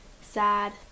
sad